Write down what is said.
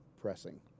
pressing